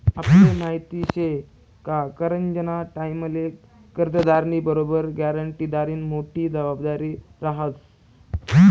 आपले माहिती शे का करजंना टाईमले कर्जदारनी बरोबर ग्यारंटीदारनी मोठी जबाबदारी रहास